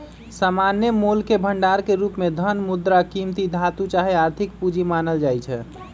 सामान्य मोलके भंडार के रूप में धन, मुद्रा, कीमती धातु चाहे आर्थिक पूजी मानल जाइ छै